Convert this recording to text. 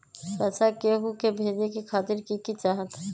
पैसा के हु के भेजे खातीर की की चाहत?